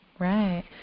Right